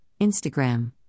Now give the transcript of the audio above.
Instagram